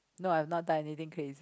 no I've not done anything crazy